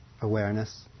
awareness